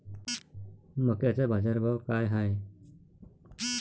मक्याचा बाजारभाव काय हाय?